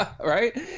right